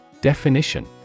Definition